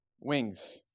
Wings